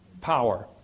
power